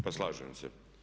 Pa slažem se.